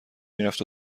میرفت